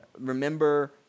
Remember